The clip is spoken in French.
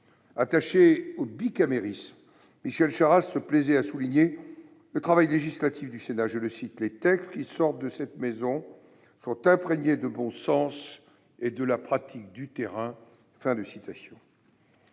Attaché au bicamérisme, Michel Charasse se plaisait à souligner l'excellence du travail législatif du Sénat, considérant que « Les textes qui sortent de cette maison sont imprégnés de bon sens et de [la] pratique du terrain ».